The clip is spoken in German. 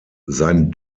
sein